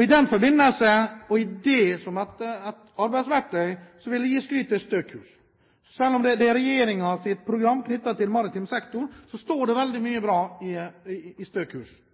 I den forbindelse og med det som et arbeidsverktøy vil jeg gi skryt for Stø kurs. Selv om det er regjeringens program knyttet til maritim sektor, står det veldig mye bra i